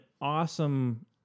awesome